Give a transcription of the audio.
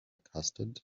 custard